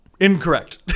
incorrect